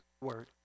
word